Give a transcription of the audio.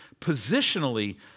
positionally